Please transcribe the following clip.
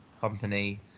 Company